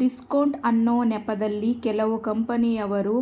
discount ಅನ್ನೊ ನೆಪದಲ್ಲಿ ಕೆಲವು ಕಂಪನಿಯವರು